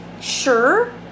sure